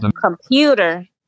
computer